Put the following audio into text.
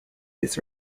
this